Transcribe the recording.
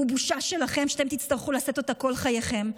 זה בושה שלכם שתצטרכו לשאת כל חייכם.